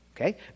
okay